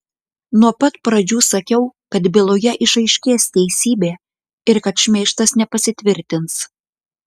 nuo pat pradžių sakiau kad byloje išaiškės teisybė ir kad šmeižtas nepasitvirtins